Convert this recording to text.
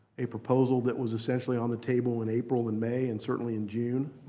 a proposal that was essentially on the table in april and may and certainly in june.